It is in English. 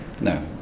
no